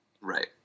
Right